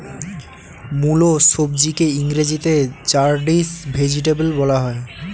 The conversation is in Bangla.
মুলো সবজিকে ইংরেজিতে র্যাডিশ ভেজিটেবল বলা হয়